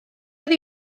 oedd